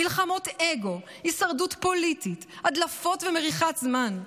מלחמות אגו, הישרדות פוליטית, הדלפות ומריחת זמן.